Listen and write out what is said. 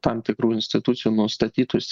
tam tikrų institucijų nustatytus